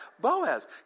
Boaz